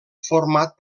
format